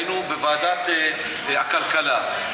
היינו בוועדת הכלכלה,